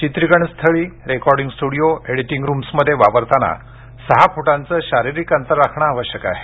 चित्रिकरण स्थळी recording studio editing रूम्समध्ये वावरतांना सहा फूटांचं शारीरिक अंतर राखणं आवश्यक आहे